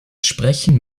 sprechen